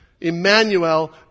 Emmanuel